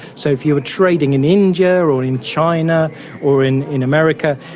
so if you were trading in india or or in china, or in in america,